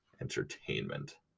entertainment